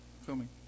filming